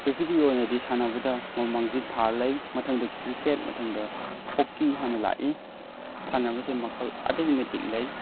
ꯄ꯭ꯔꯤꯊꯤꯕꯤꯒꯤ ꯑꯣꯏꯅꯗꯤ ꯁꯥꯟꯅꯕꯗ ꯃꯥꯡꯖꯤꯜ ꯊꯥꯔ ꯂꯩ ꯃꯊꯪꯗ ꯀ꯭ꯔꯤꯀꯦꯠ ꯃꯊꯪꯗ ꯍꯣꯛꯀꯤ ꯍꯥꯏꯅ ꯂꯥꯛꯏ ꯁꯥꯟꯅꯕꯁꯦ ꯃꯈꯜ ꯑꯗꯨꯛꯀꯤ ꯃꯇꯤꯛ ꯂꯩ